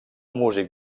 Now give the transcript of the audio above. músic